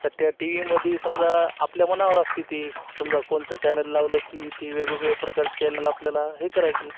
तर त्या टी व्हीमदी समजा आपल्या मनावर असते ते समजा कोणतं चॅनल लावलं की ते वेगवेगळे प्रकारचे चॅनल आपल्याला हे करायचे